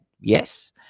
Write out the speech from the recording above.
Yes